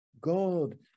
god